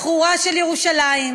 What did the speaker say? בשחרורה של ירושלים,